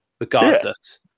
regardless